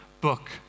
book